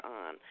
on